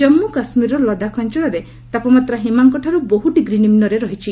କାଞ୍ଗୁ କାଶ୍ମୀରର ଲଦାଖ୍ ଅଞ୍ଚଳରେ ତାପମାତ୍ରା ହିମାଙ୍କଠାରୁ ବହୁ ଡିଗ୍ରୀ ନିମ୍ବରେ ରହିଛି